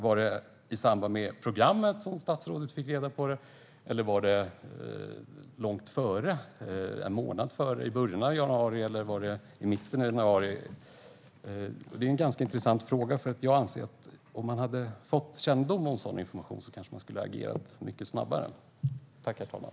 Var det i samband med programmet som statsrådet fick reda på det, eller var det långt före? Var det en månad före, i början av januari, eller var det i mitten av januari? Det är en ganska intressant fråga. Jag anser att man skulle ha agerat mycket snabbare om man hade fått kännedom om sådan information.